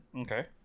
Okay